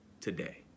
today